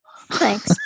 Thanks